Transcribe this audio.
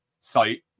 site